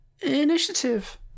initiative